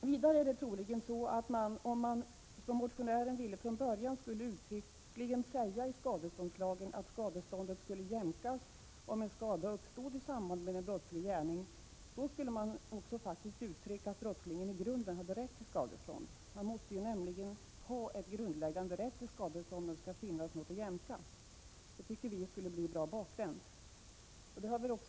Vidare är det troligen så att om man — som motionären ville från början — uttryckligen skulle säga i skadeståndslagen att skadeståndet skulle jämkas om en skada uppstod i samband med en brottslig gärning, då skulle man faktiskt också uttrycka att brottslingen i grunden hade rätt till skadestånd. Man måste ju ha en grundläggande rätt till skadestånd om det skall finnas något att jämka. Det tycker vi skulle bli bra bakvänt.